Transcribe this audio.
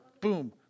Boom